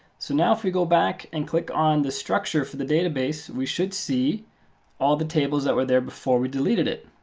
so now if you go back and click on the structure for the database, we should see all the tables that were there before we deleted it.